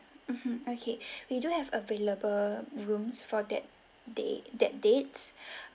mmhmm okay we do have available rooms for that day that dates